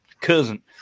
cousin